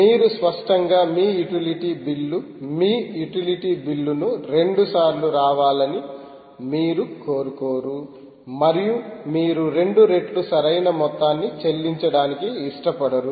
మీరు స్పష్టంగా మీ యుటిలిటీ బిల్లు మీ యుటిలిటీ బిల్లును రెండుసార్లు రావాలని మీరు కోరుకోరు మరియు మీరు రెండు రెట్లు సరైన మొత్తాన్ని చెల్లించడానికి ఇష్టపడరు